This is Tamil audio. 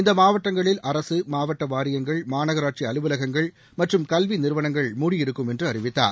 இந்த மாவட்டங்களில் அரசு மாவட்ட வாரியங்கள் மாநகராட்சிஅலுவலகங்கள் மற்றும் கல்வி நிறுவனங்கள் முடியிருக்கும் என்று அறிவித்தார்